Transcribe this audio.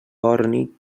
borni